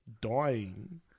dying